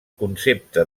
concepte